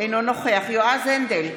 אינו נוכח יועז הנדל,